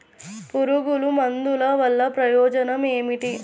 పురుగుల మందుల వల్ల ప్రయోజనం ఏమిటీ?